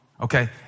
okay